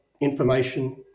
information